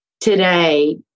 today